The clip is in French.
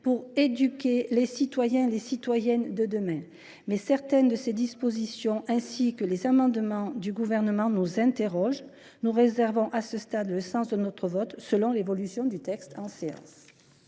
pour éduquer les citoyens et citoyennes de demain. Néanmoins, certaines de ces dispositions, ainsi que les amendements du Gouvernement, nous interrogent. Aussi, nous réservons à ce stade le sens de notre vote, selon l’évolution du texte en séance.